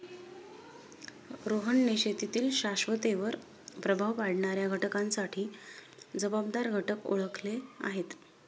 रोहनने शेतीतील शाश्वततेवर प्रभाव पाडणाऱ्या घटकांसाठी जबाबदार घटक ओळखले आहेत